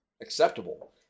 acceptable